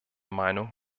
meinung